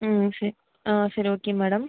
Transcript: ம் சரி ஆ சரி ஓகே மேடம்